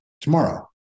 tomorrow